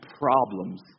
problems